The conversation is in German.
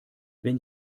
wenn